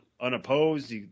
unopposed